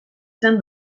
izan